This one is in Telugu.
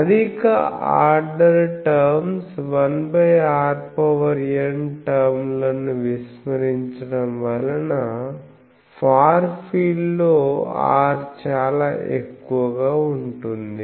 అధిక ఆర్డర్ టర్మ్స్ 1rn టర్మ్ లను విస్మరించడం వలన ఫార్ ఫీల్డ్ లో r చాలా ఎక్కువగా ఉంటుంది